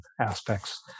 aspects